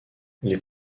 les